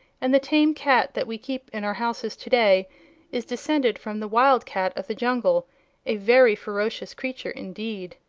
and the tame cat that we keep in our houses today is descended from the wild cat of the jungle a very ferocious creature, indeed.